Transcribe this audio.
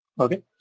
Okay